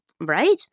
right